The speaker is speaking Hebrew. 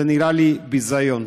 זה נראה לי ביזיון.